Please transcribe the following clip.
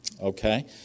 Okay